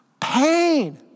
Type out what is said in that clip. pain